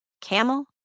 camel